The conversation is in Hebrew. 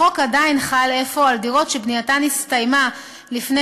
החוק עדיין חל אפוא על דירות שבנייתן הסתיימה לפני